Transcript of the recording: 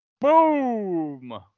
Boom